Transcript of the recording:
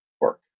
work